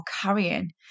carrying